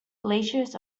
glaciers